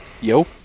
Yo